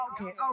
okay